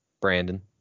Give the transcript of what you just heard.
Brandon